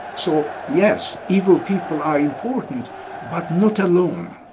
so yes, evil people are important but not alone.